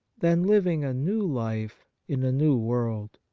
than living a new life in a new world.